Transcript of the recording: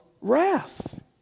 wrath